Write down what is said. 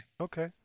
Okay